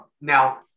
now